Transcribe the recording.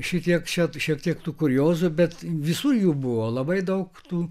šitiek šią šiek tiek tų kuriozų bet visų jų buvo labai daug tų